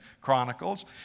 Chronicles